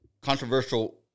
controversial